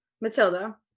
Matilda